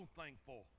thankful